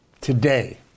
today